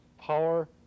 power